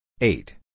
Eight